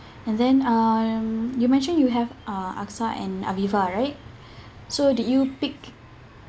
and then um you mentioned you have uh AXA and Aviva right so did you pick